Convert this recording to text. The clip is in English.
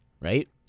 right